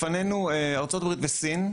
לפנינו ארצות הברית וסין,